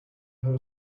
have